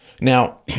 Now